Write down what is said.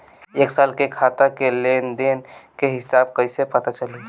एक साल के खाता के लेन देन के हिसाब कइसे पता चली?